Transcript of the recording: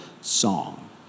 song